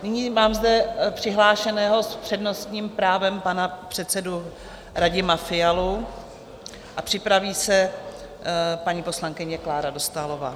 Nyní mám zde přihlášeného s přednostním právem pana předsedu Radima Fialu, připraví se paní poslankyně Klára Dostálová.